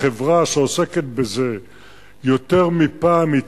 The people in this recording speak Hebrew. החברה שעוסקת בזה התעכבה יותר מפעם.